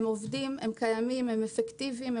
הם עובדים הם קיימים הם אפקטיביים,